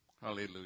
Hallelujah